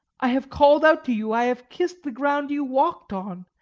i have called out to you, i have kissed the ground you walked on,